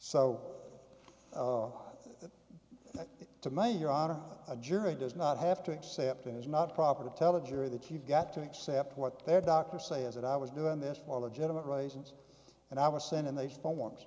so to me you're on a jury does not have to accept it is not proper to tell a jury that you've got to accept what their doctor say is that i was doing this for legitimate reasons and i was sent in the forms